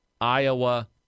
Iowa